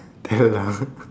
parrot